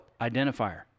identifier